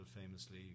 famously